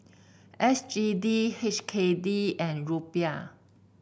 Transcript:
S G D H K D and Rupiah